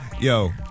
Yo